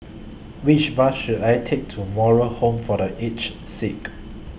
Which Bus should I Take to Moral Home For The Aged Sick